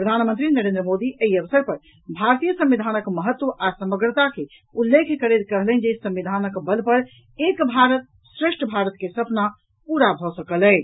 प्रधानमंत्री नरेन्द्र मोदी एहि अवसर पर भारतीय संविधानक महत्व आ समग्रता के उल्लेख करैत कहलनि जे संविधानक बल पर एक भारत श्रेष्ठ भारत के सपना पूरा भऽ सकल अछि